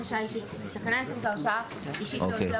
תקנה 10 זו הרשאה אישית,